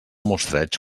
mostreig